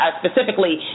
specifically